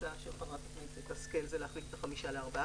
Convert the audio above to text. ההצעה של חברת הכנסת השכל זה להחליף מ-5 ל-14